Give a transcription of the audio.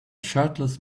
shirtless